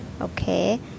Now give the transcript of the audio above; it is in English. Okay